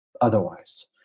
otherwise